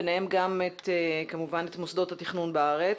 ביניהם גם את מוסדות התכנון בארץ.